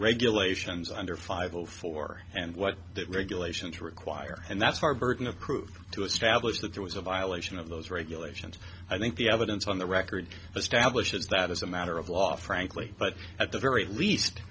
regulations under five zero four and what that regulations require and that's our burden of proof to establish that there was a violation of those regulations i think the evidence on the record establishes that as a matter of law frankly but at the very least